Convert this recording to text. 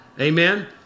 Amen